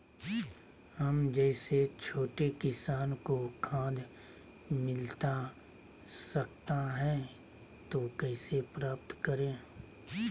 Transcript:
हम जैसे छोटे किसान को खाद मिलता सकता है तो कैसे प्राप्त करें?